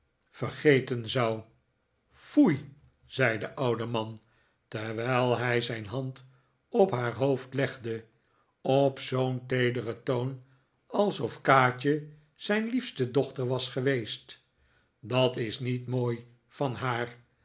vergeten zou foei zei de oude man terwijl hij zijn hand op haar hoofd legde op zoo'n teederen toon alsof kaatje zijn liefste dochter was geweest dat is niet mooi van haar